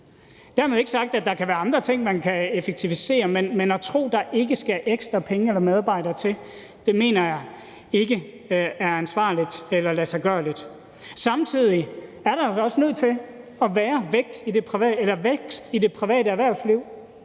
Dermed ikke sagt, at der ikke kan være andre ting, man kan effektivisere, men at tro, at der ikke skal ekstra penge eller medarbejdere til, mener jeg ikke er ansvarligt eller ladesiggørligt. Samtidig er der altså også nødt til at være vækst i det private erhvervsliv,